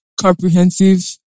Comprehensive